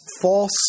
false